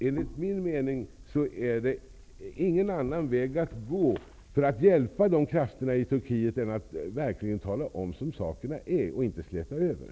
Enligt min mening finns ingen annan väg att gå för att hjälpa de krafter som verkar mot detta i Turkiet, än att verkligen tala om hur sakerna ligger till och inte släta över.